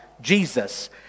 Jesus